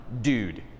dude